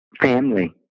family